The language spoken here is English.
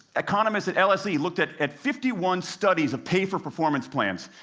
economists at lse ah looked at at fifty one studies of pay-for-performance plans,